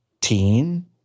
Teen